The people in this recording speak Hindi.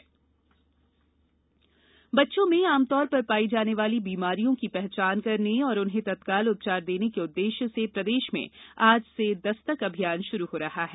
दस्तक अभियान बच्चों में आमतौर पर पाई जाने वाली बीमारियों की पहचान करने और उन्हें तत्काल उपचार देने के उददेश्य से प्रदेश में आज से दस्तक अभियान शुरू हो रहा है